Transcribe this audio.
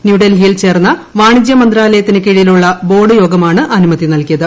ന്യൂഡൽഹിയിൽ ചേർന്ന വാണിജ്യ മന്ത്രാലയത്തിൻ കീഴിലുള്ള ബോർഡ്യോഗമാണ് അനുമതി നൽകിയത്